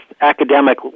academic